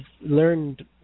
learned